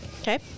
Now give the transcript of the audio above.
okay